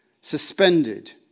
suspended